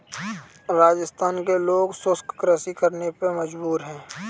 राजस्थान के लोग शुष्क कृषि करने पे मजबूर हैं